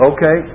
Okay